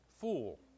fool